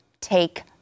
take